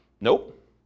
Nope